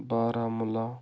Baramulla